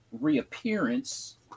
reappearance